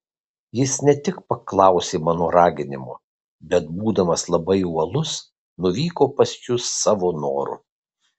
jis ne tik paklausė mano raginimo bet būdamas labai uolus nuvyko pas jus savo noru